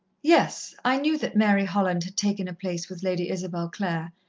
yes. i knew that mary holland had taken a place with lady isabel clare,